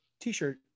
t-shirt